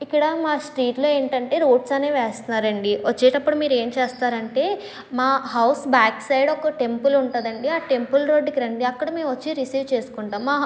ఇక్కడ మా స్ట్రీట్లో ఏంటంటే రోడ్స్ అనేవి వేస్తున్నారండి వచ్చేటప్పుడు మీరు ఏం చేస్తారంటే మా హౌస్ బ్యాక్ సైడ్ ఒక టెంపుల్ ఉంటుందండీ ఆ టెంపుల్ రోడ్కి రండి అక్కడ మేము వచ్చి రిసీవ్ చేసుకుంటాం మా